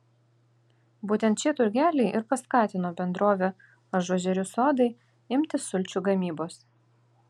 būtent šie turgeliai ir paskatino bendrovę ažuožerių sodai imtis sulčių gamybos